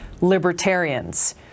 libertarians